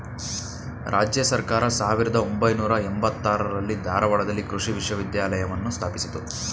ರಾಜ್ಯ ಸರ್ಕಾರ ಸಾವಿರ್ದ ಒಂಬೈನೂರ ಎಂಬತ್ತಾರರಲ್ಲಿ ಧಾರವಾಡದಲ್ಲಿ ಕೃಷಿ ವಿಶ್ವವಿದ್ಯಾಲಯವನ್ನು ಸ್ಥಾಪಿಸಿತು